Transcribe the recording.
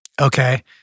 Okay